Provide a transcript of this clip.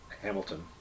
Hamilton